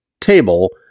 table